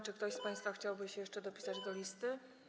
Czy ktoś z państwa chciałby się jeszcze dopisać do listy?